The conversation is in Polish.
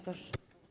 Proszę.